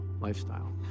lifestyle